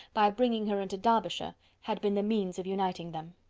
by bringing her into derbyshire, had been the means of uniting them.